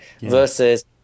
Versus